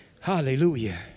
Hallelujah